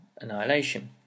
annihilation